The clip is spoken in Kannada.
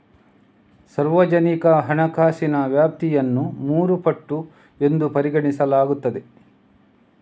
ಸಾರ್ವಜನಿಕ ಹಣಕಾಸಿನ ವ್ಯಾಪ್ತಿಯನ್ನು ಮೂರು ಪಟ್ಟು ಎಂದು ಪರಿಗಣಿಸಲಾಗುತ್ತದೆ